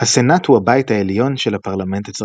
הסנאט הוא הבית העליון של הפרלמנט הצרפתי.